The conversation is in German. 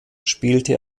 spielte